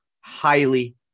Highly